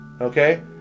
Okay